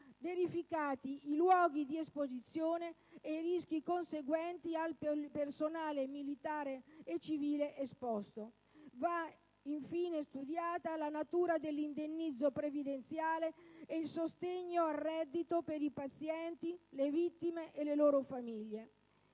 verificati i luoghi di esposizione ed i rischi conseguenti per il personale militare e civile esposto. Va infine studiata la natura dell'indennizzo previdenziale ed il sostegno al reddito per i pazienti, le vittime e le loro famiglie.